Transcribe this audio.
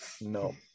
No